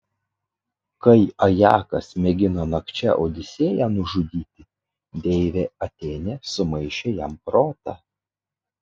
kai ajakas mėgino nakčia odisėją nužudyti deivė atėnė sumaišė jam protą